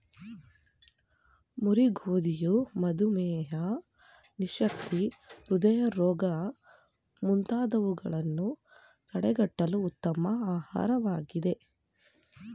ಮುರಿ ಗೋಧಿಯು ಮಧುಮೇಹ, ನಿಶಕ್ತಿ, ಹೃದಯ ರೋಗ ಮುಂತಾದವುಗಳನ್ನು ತಡಗಟ್ಟಲು ಉತ್ತಮ ಆಹಾರವಾಗಿದೆ